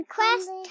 Quest